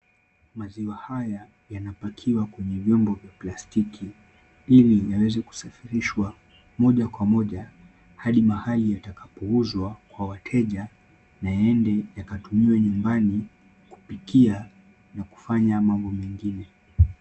Maziwa haya yanapakiwa kwenye vyombo vya plastiki ili yaweze kusafirishwa moja kwa moja hadi mahali yatakopouzwa kwa wateja na yaende yakatumiwe nyumbani kupikia kufanya mambo mengine.